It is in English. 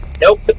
Nope